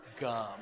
gum